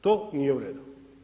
To nije u redu.